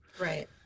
Right